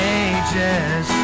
ages